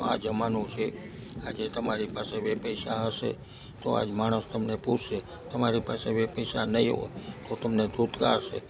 તો આ જમાનો છે આજે તમારી પાસે બે પૈસા હશે તો આજ માણસ તમને પૂછશે તમારી પાસે બે પૈસા નહીં હોય તો તમને ધૂત્કારશે